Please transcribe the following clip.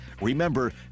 Remember